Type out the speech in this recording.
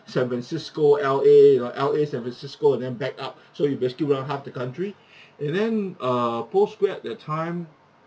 san francisco L_A you know L_A san francisco and the back up so you basically run half the country and then err postgrad that time